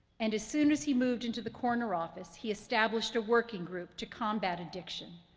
and as soon as he moved into the corner office, he established a working group to combat addiction,